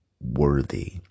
worthy